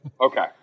Okay